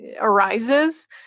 arises